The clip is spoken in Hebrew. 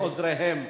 ועוזריהם.